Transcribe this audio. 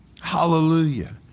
Hallelujah